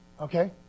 okay